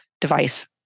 device